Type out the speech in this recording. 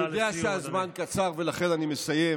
אני יודע שהזמן קצר, ולכן אני מסיים: